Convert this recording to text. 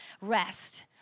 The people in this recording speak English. rest